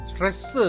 Stress